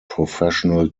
professional